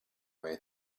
way